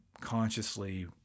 consciously